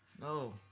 No